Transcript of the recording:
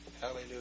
Hallelujah